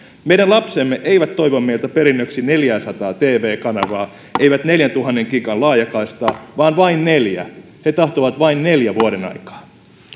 meidän lapsemme eivät toivo meiltä perinnöksi neljääsataa tv kanavaa eivät neljäntuhannen gigan laajakaistaa vaan vain neljä he tahtovat vain neljä vuodenaikaa